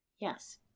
yes